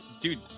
Dude